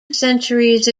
centuries